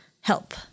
help